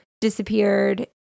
disappeared